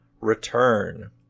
return